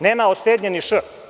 Nema od štednje ni „š“